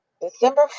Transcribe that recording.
December